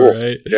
right